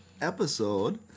episode